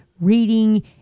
reading